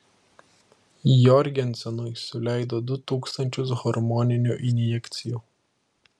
jorgensenui suleido du tūkstančius hormoninių injekcijų